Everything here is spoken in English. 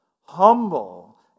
Humble